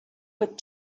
with